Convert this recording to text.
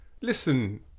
Listen